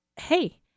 hey